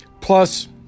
Plus